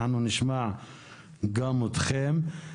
אנחנו נשמע גם אתכם.